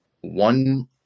one